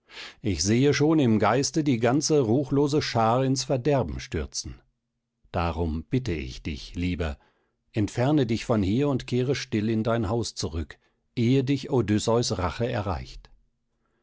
ich sehe schon im geiste die ganze ruchlose schar ins verderben stürzen darum bitte ich dich lieber entferne dich von hier und kehre still in dein haus zurück ehe dich odysseus rache erreicht